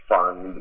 Fund